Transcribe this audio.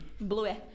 blue